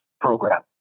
program